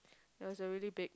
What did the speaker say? that was a really big